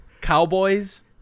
Cowboys